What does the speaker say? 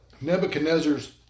Nebuchadnezzar's